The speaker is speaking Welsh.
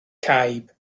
caib